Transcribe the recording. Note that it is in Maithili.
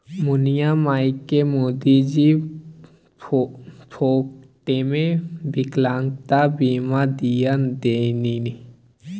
मुनिया मायकेँ मोदीजी फोकटेमे विकलांगता बीमा दिआ देलनि